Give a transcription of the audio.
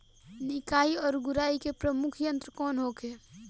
निकाई और गुड़ाई के प्रमुख यंत्र कौन होखे?